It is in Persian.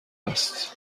است